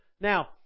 Now